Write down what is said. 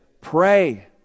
pray